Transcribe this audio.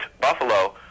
buffalo